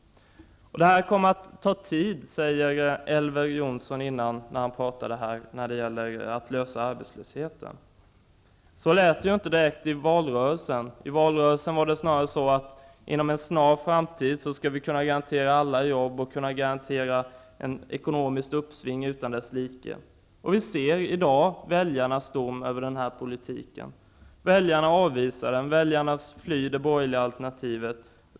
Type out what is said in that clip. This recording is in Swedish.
Elver Jonsson säger att det kommer att ta tid att lösa problemen med arbetslösheten. Så lät det inte i valrörelsen. Då var det snarare så att vi inom en snar framtid skulle kunna garantera alla jobb och ett ekonomiskt uppsving utan dess like. I dag ser vi väljarnas dom över den här politiken. Väljarna avvisar den. De flyr det borgerliga alternativet.